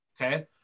okay